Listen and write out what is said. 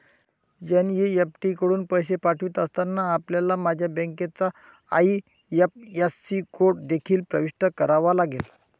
NEFT कडून पैसे पाठवित असताना, आपल्याला माझ्या बँकेचा आई.एफ.एस.सी कोड देखील प्रविष्ट करावा लागेल